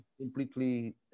completely